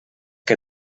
que